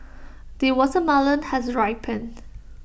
the watermelon has ripened